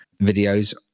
videos